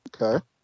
Okay